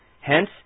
Hence